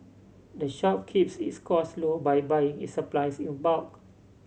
the shop keeps its costs low by buying its supplies in a bulk